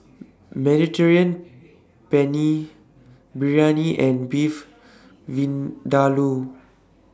Mediterranean Penne Biryani and Beef Vindaloo